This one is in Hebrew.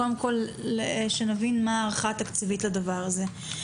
קודם כול שנבין מה ההערכה התקציבית לדבר הזה.